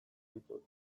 ditut